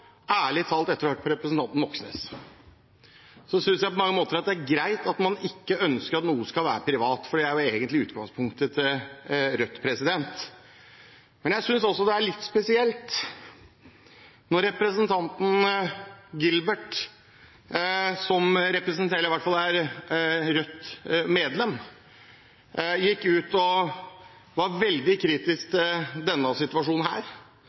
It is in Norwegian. ærlig talt! Etter å ha hørt på representanten Moxnes må jeg si at jeg synes på mange måter det er greit at man ikke ønsker at noe skal være privat, for det er egentlig utgangspunktet for Rødt. Men jeg syntes det var litt spesielt at Mads Gilbert, som er Rødt-medlem, gikk ut og var veldig kritisk til denne situasjonen,